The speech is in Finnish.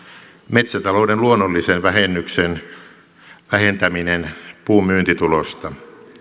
metsätalouden luonnollisen vähennyksen vähentäminen puun myyntitulosta